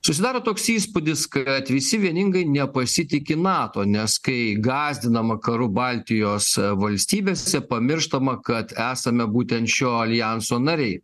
susidaro toks įspūdis kad visi vieningai nepasitiki nato nes kai gąsdinama karu baltijos valstybėse pamirštama kad esame būtent šio aljanso nariai